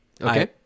Okay